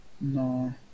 No